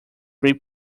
free